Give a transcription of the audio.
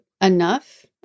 enough